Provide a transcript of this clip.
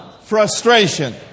frustration